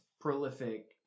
prolific